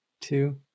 Two